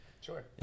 Sure